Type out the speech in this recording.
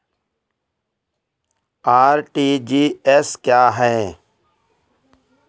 RTGS क्या है?